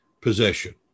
possession